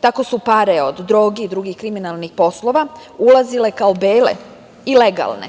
Tako su pare od droge i drugih kriminalnih poslova ulazile kao bele i legalne.